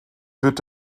wird